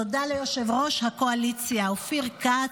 תודה ליושב-ראש הקואליציה אופיר כץ.